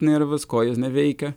nervas kojos neveikia